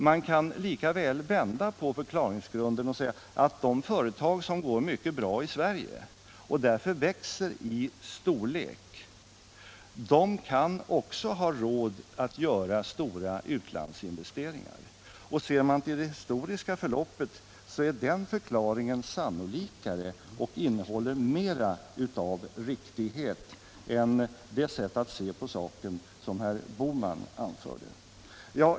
Man bör hellre vända på förklaringsgrunden och säga att de företag som går mycket bra i Sverige och därför växer i storlek också kan göra stora utlandsinvesteringar. Ser man till det historiska förloppet är den förklaringen sannolikare och innehåller mer av riktighet än det sätt att se på saken som herr Bohman redovisade.